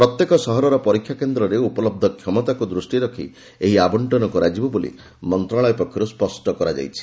ପ୍ରତ୍ୟେକ ସହରର ପରୀକ୍ଷାକେନ୍ଦ୍ରରେ ଉପଲବ୍ଧ କ୍ଷମତାକୁ ଦୃଷ୍ଟିରେ ରଖି ଏହି ଆବଶ୍ଚନ କରାଯିବ ବୋଲି ମନ୍ତ୍ରଶାଳୟ ପକ୍ଷରୁ ସ୍ୱଷ୍ଟ କରାଯାଇଛି